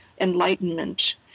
enlightenment